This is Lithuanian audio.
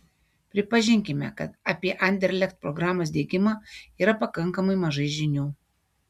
pripažinkime kad apie anderlecht programos diegimą yra pakankamai mažai žinių